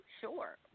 sure